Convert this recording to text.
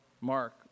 Mark